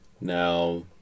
now